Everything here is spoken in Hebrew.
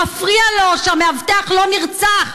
מפריע לו שהמאבטח לא נרצח.